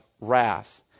wrath